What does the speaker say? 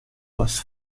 was